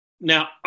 Now